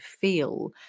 feel